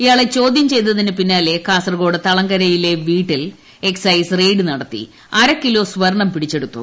ഇയാളെ ചോദ്യം ചെയ്തതിന്റ് പിന്നാലെ കാസർഗോഡ് തളങ്കരയിലെ വീട്ടിൽ എക്സൈസ് റെയ്ഡ് നടത്തി അര കിലോ സ്വർണ്ണം പിടിച്ചെടുത്തു